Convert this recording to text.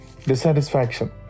Dissatisfaction